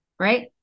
right